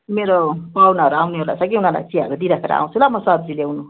मेरो पाहुनाहरू आउनेवाला छ कि उनीहरूलाई चियाहरू दिइराखेर आउँछु ल म सब्जी ल्याउनु